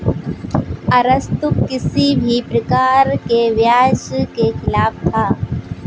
अरस्तु किसी भी प्रकार के ब्याज के खिलाफ था